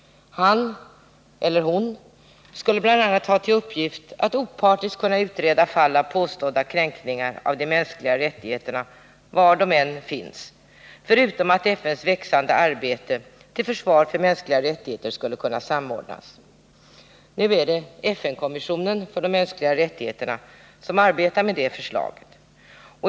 Han eller hon skulle bl.a. ha till uppgift att opartiskt kunna utreda fall av påstådda kränkningar av de mänskliga rättigheterna var de än förekommer, förutom att FN:s växande arbete till försvar för mänskliga rättigheter skulle kunna samordnas. Nu är det FN-kommissionen för de mänskliga rättigheterna som arbetar med det förslaget.